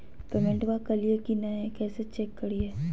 पेमेंटबा कलिए की नय, कैसे चेक करिए?